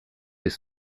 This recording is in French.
des